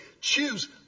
Choose